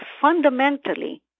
fundamentally